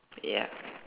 ya